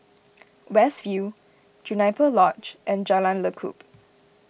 West View Juniper Lodge and Jalan Lekub